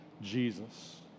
Jesus